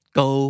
go